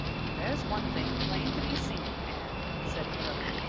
there's one thing plain to be seen, anne, said marilla,